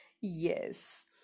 Yes